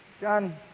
John